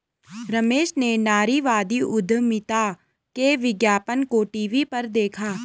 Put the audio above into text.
रमेश ने नारीवादी उधमिता के विज्ञापन को टीवी पर देखा